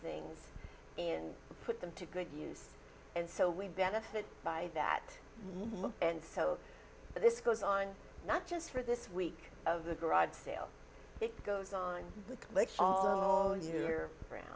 things and put them to good use and so we benefit by that and so this goes on not just for this week of the garage sale it goes on year round